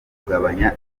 kugabanya